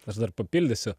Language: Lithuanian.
aš dar papildysiu